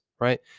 right